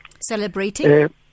Celebrating